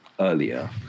earlier